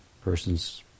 persons